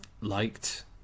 liked